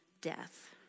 death